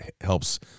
helps